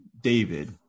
David